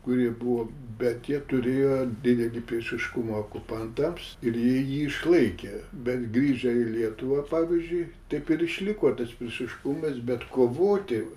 kurie buvo bet jie turėjo didelį priešiškumą okupantams ir jie jį išlaikė bet grįžę į lietuvą pavyzdžiui taip ir išliko tas priešiškumas bet kovoti